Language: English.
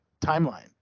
timeline